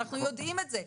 אנחנו יודעים את זה.